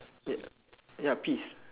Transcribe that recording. ya ya peas